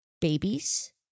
babies